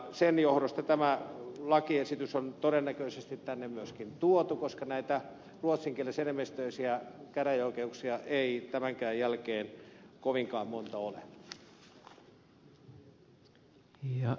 sen johdosta tämä lakiesitys on todennäköisesti tänne myöskin tuotu koska näitä ruotsinkielisenemmistöisiä käräjäoikeuksia ei tämänkään jälkeen kovinkaan monta ole